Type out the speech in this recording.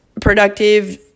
productive